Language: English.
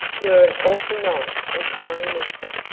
you're awful nice and kind, mister,